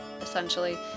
Essentially